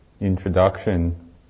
introduction